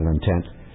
Intent